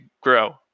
grow